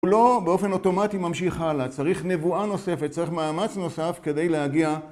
הוא לא באופן אוטומטי ממשיך הלאה, צריך נבואה נוספת, צריך מאמץ נוסף כדי להגיע